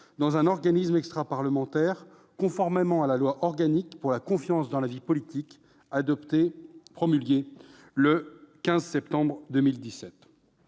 dans un organisme extraparlementaire, conformément à la loi organique pour la confiance dans la vie politique du 15 septembre 2017.